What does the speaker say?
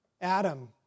Adam